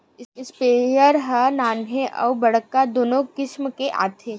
sprayer ह नान्हे अउ बड़का दुनो किसम के आथे